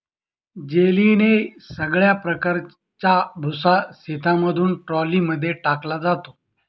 जेलीने सगळ्या प्रकारचा भुसा शेतामधून ट्रॉली मध्ये टाकला जातो